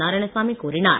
நாராயணசாமி கூறினார்